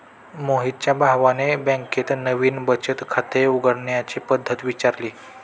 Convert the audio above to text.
मोहितच्या भावाने बँकेत नवीन बचत खाते उघडण्याची पद्धत विचारली